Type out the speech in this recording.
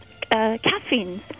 caffeine